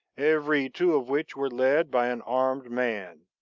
every two of which were led by an armed man.